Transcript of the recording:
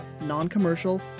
non-commercial